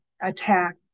attack